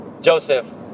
Joseph